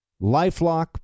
LifeLock